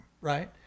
right